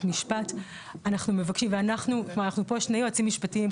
משפט ואנחנו פה שני יועצים משפטיים,